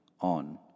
on